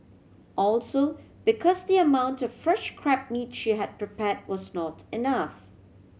also because the amount of fresh crab meat she had prepare was not enough